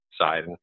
side